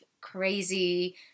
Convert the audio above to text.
crazy